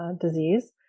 disease